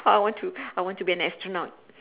I want to I want to be an astronaut